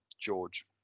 George